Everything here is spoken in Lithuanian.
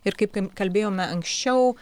ir kaip kalbėjome anksčiau